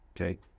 Okay